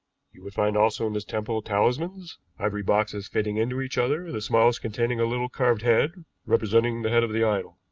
you would find also in this temple talismans, ivory boxes fitting into each other, the smallest containing a little carved head representing the head of the idol.